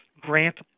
grant